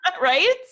Right